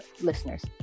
listeners